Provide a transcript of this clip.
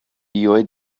iuj